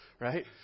Right